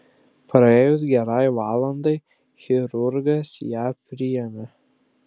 praėjus gerai valandai chirurgas ją priėmė